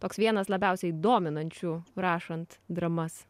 toks vienas labiausiai dominančių rašant dramas